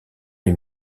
les